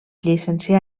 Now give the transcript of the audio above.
llicencià